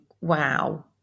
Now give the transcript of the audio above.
wow